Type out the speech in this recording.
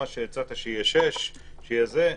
מה שאתה הצעת, שיהיו שש, שיהיה זה,